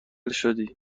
شدی